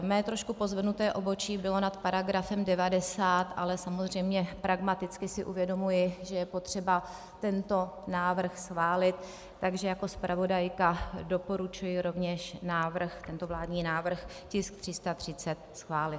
Mé trošku pozvednuté obočí bylo nad § 90, ale samozřejmě pragmaticky si uvědomuji, že je potřeba tento návrh schválit, takže jako zpravodajka doporučuji rovněž tento vládní návrh, tisk 330, schválit.